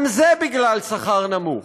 גם זה בגלל שכר נמוך.